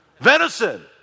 Venison